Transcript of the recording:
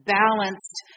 balanced